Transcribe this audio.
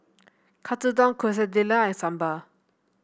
Katsudon Quesadillas and Sambar